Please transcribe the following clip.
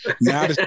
Now